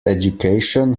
education